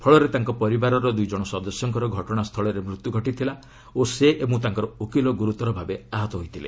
ଫଳରେ ତାଙ୍କ ପରିବାରର ଦୂଇ ଜଣ ସଦସ୍ୟଙ୍କ ଘଟଣାସ୍ଥଳରେ ମୃତ୍ୟୁ ଘଟିଥିଲା ଓ ସେ ଏବଂ ତାଙ୍କର ଓକିଲ ଗୁରୁତର ଭାବେ ଆହତ ହୋଇଥିଲେ